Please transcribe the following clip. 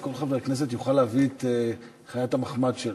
חבר כנסת יוכל להביא את חיית המחמד שלו.